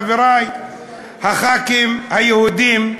חברי חברי הכנסת היהודים,